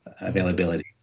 availability